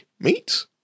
meat